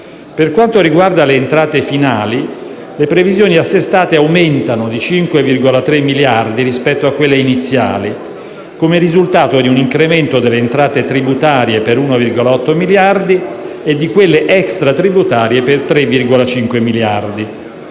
Per quanto riguarda le entrate finali, le previsioni assestate aumentano di 5,3 miliardi rispetto a quelle iniziali, come risultato di un incremento delle entrate tributarie per 1,8 miliardi e di quelle extratributarie per 3,5 miliardi.